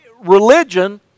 religion